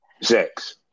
sex